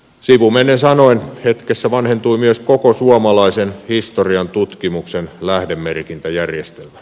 sivumennen sanoen hetkessä vanhentui myös koko suomalaisen historiantutkimuksen lähdemerkintäjärjestelmä